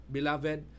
Beloved